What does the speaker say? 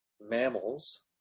mammals